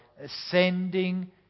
ascending